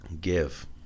give